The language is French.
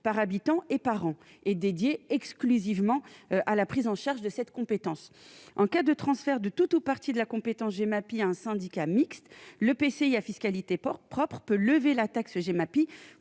par habitant et par an, et dédié exclusivement à la prise en charge de cette compétence en cas de transfert de tout ou partie de la compétence Gemapi un syndicat mixte l'EPCI à fiscalité Ports propres peut lever la taxe Gemapi